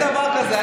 אין דבר כזה.